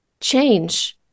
change